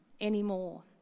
anymore